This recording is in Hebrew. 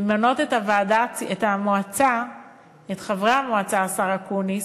למנות את חברי המועצה, השר אקוניס,